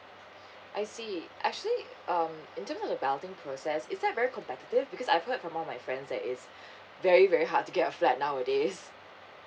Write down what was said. I see actually um in terms of the balloting process is that very competitive because I've heard from all my friends that is very very hard to get a flat nowadays